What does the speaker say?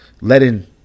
letting